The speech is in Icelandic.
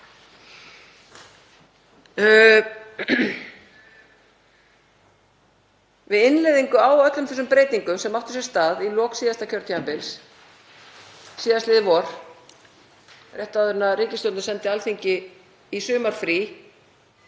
við innleiðingu á öllum þeim breytingum sem áttu sér stað í lok síðasta kjörtímabils, síðastliðið vor, rétt áður en ríkisstjórnin sendi Alþingi í sumarfrí